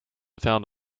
found